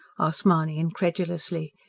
asked mahony incredulously.